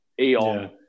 Eon